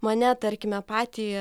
mane tarkime patį